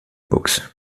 books